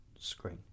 screen